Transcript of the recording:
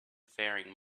faring